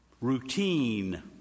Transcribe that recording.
routine